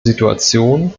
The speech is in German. situation